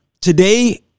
today